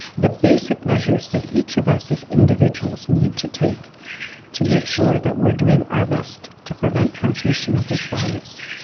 the basic message that each of us as individuals need to take to make sure that we are doing our best to prevent transmission of this virus.